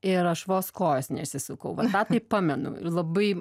ir aš vos kojos neišsisukau va tą tai pamenu ir labai